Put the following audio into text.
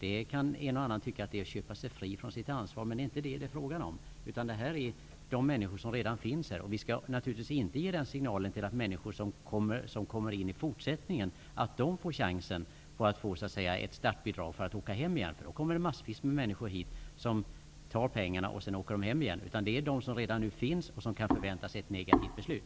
En och annan kan tycka att det är att köpa sig fri från sitt ansvar, men det är det inte fråga om. Här gäller det människor som redan finns i Sverige. Vi skall naturligtvis inte ge de människor som kommer hit i fortsättningen signaler att de också kan få ett startbidrag för att åka hem igen. Då kommer det massvis med människor hit som tar pengarna och sedan åker hem. Det skall gälla dem som redan finns här och som förväntar sig ett negativt beslut.